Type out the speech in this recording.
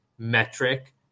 metric